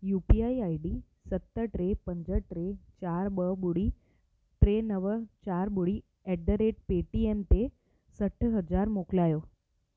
U P I I D सत टे पंज टे चार ॿ ॿुड़ी टे नव चार ॿुड़ी एट द रेट पेटीएम ते सठि हज़ार मोकिलायो